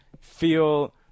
feel –